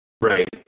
Right